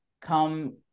come